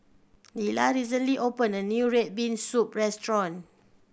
Lila recently opened a new red bean soup restaurant